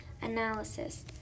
analysis